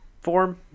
form